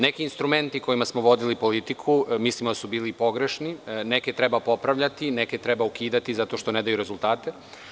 Neki instrumenti kojima smo vodili politiku mislimo da su bili pogrešni, neke treba popravljati, neke treba ukidati zato što ne daju rezultate.